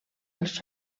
als